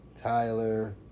Tyler